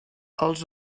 els